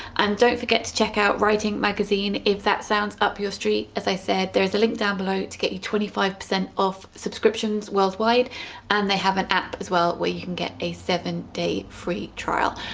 and don't forget to check out writing magazine if that sounds up your street, as i said there is a link down below to get you twenty five percent off subscriptions worldwide and they have an app, as well, where you can get a seven day free trial.